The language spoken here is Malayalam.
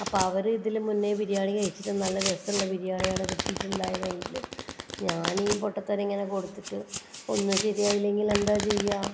അപ്പോൾ അവർ ഇതിൽ മുന്നേ ബിരിയാണി കഴിച്ചിട്ട് നല്ല രസമുള്ള ബിരിയാണിയാണ് കിട്ടിയിട്ടുണ്ടായതെങ്കിൽ ഞാൻ ഈ പൊട്ടത്തരം ഇങ്ങനെ കൊടുത്തിട്ട് ഒന്നും ശരിയായില്ലെങ്കിൽ എന്താണ് ചെയ്യുക